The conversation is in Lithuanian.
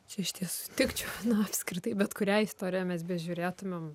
čia išties sutikčiau apskritai bet kurią istoriją mes bežiūrėtumėm